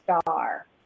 star